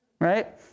Right